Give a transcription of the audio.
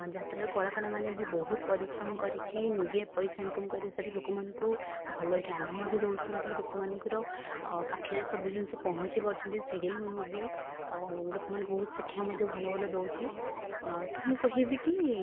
ଯାତ୍ରାର କଳାକାରମାନେ ବି ବହୁତ ପରିଶ୍ରମ କରିକି ନିଜେ ପଇସା ଇନକମ୍ କରି ସେଇଟା ଲୋକମାନଙ୍କୁ ଭଲ ଜ୍ଞାନ ମଧ୍ୟ ଦେଉଛନ୍ତି ଲୋକମାନଙ୍କର ପାଖରେ ସବୁ ଜିନିଷ ପହଞ୍ଚି ପାରୁଛି ସିରିଏଲ୍ ବି ଆଉ ଲୋକମାନଙ୍କୁ ବହୁତ ଶିକ୍ଷା ମଧ୍ୟ ଭଲ ଭଲ ଦେଉଛି ତ ମୁଁ କହିବି କି